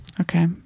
Okay